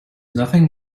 nothing